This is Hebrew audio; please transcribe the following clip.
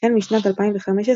החל משנת 2015,